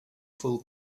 full